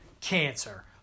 cancer